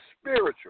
spiritual